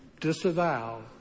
disavow